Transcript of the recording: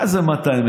מה זה 200,000?